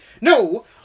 No